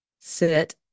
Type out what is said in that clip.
Sit